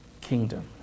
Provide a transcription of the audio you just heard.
kingdom